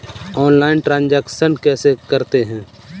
Online transaction कैसे करते हैं?